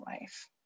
life